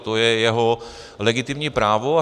To je jeho legitimní právo.